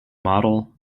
model